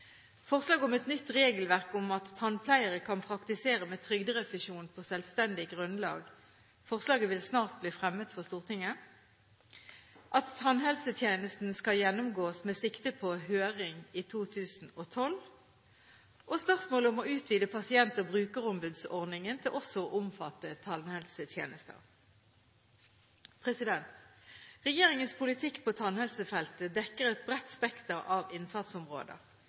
forslag om et nytt regelverk om at tannpleiere kan praktisere med trygderefusjon på selvstendig grunnlag. Forslaget vil snart bli fremmet for Stortinget. Tannhelsetjenesteloven skal gjennomgås med sikte på høring i 2012. Spørsmålet om å utvide pasient- og brukerombudsordningen til også å omfatte tannhelsetjenester vil bli tatt opp. Regjeringens politikk på tannhelsefeltet dekker et bredt spekter av innsatsområder.